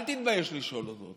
אל תתבייש לשאול אותו.